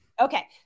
okay